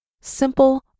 simple